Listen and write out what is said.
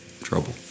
trouble